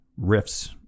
riffs